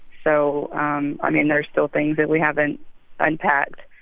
so um i mean there are still things that we haven't unpacked.